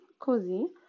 così